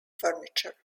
furniture